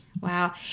Wow